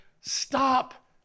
stop